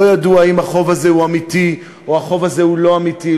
לא ידעו אם החוב הזה אמיתי או לא אמיתי,